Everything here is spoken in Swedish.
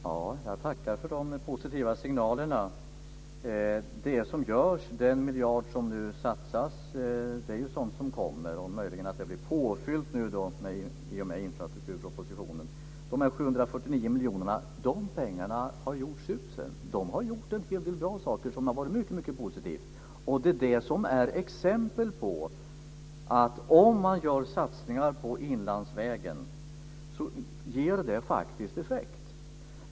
Herr talman! Jag tackar för de positiva signalerna. Det som görs - den miljard som nu satsas - är ju sådant som kommer. Möjligen blir det nu påfyllt i och med infrastrukturpropositionen. De 749 miljonerna har gjort susen - de har gjort en hel del bra saker och det har varit mycket positivt. Detta är exempel på att om man gör satsningar på Inlandsvägen så ger det faktiskt effekt.